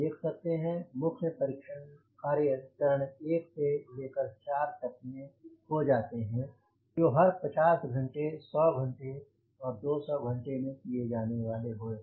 आप देख सकते हैं मुख्य परीक्षण कार्य चरण 1 से लेकर 4 तक में हो जाते हैं जो कि हर 50 घंटे 100घंटे और 200 घंटे में किये जाने वाले हैं